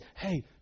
hey